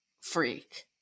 freak